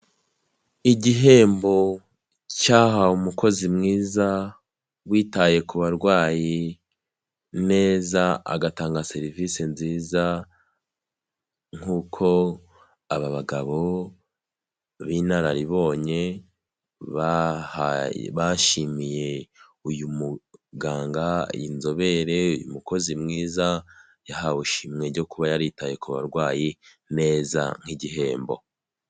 Igihembo cyahawe umukozi mwiza, witaye ku barwayi neza, agatanga serivisi nziza, nk'uko aba bagabo b'inararibonye bashimiye uyu muganga, iyi nzobere, uyu mukozi mwiza, yahawe ishimwe ryo kuba yaritaye ku barwayi neza nk'igihembo.